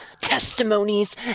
testimonies